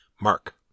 Mark